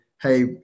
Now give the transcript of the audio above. hey